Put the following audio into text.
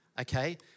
okay